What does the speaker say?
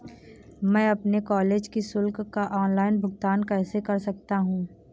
मैं अपने कॉलेज की शुल्क का ऑनलाइन भुगतान कैसे कर सकता हूँ?